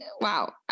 wow